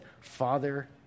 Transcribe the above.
Father